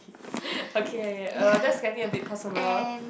okay okay uh that's getting a bit personal